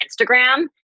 Instagram